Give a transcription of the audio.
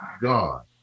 God